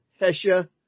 Hesha